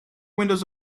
windows